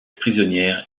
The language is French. prisonnière